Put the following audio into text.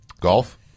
Golf